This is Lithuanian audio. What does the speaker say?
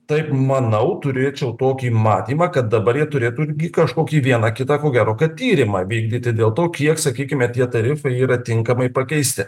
taip manau turėčiau tokį matymą kad dabar jie turėtų irgi kažkokį vieną kitą ko gero kad tyrimą vykdyti dėl to kiek sakykime tie tarifai yra tinkamai pakeisti